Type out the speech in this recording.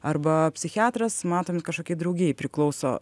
arba psichiatras matom jis kažkokiai draugijai priklauso